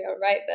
right